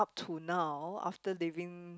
to now after living